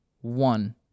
One